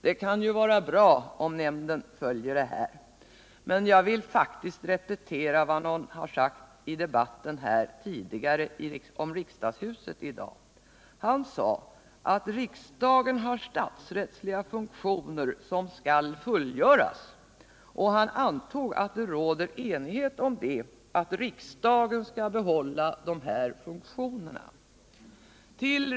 Det kan ju vara bra om nämnden gör det, men jag vill faktiskt repetera vad någon har sagt i den tidigare debatten om riksdagshuset i dag. Han sade att riksdagen har statsrättsliga funktioner som skall fullgöras, och han antog att det råder enighet om att riksdagen skall behålla dessa funktioner. Til!